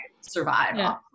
survive